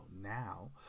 now